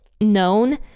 known